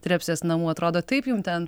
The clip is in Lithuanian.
trepsės namų atrodo taip jum ten